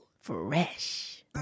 Fresh